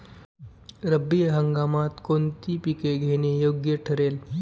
रब्बी हंगामात कोणती पिके घेणे योग्य ठरेल?